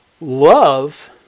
Love